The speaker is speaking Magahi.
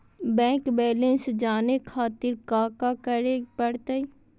बैंक बैलेंस जाने खातिर काका करे पड़तई?